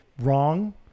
wrong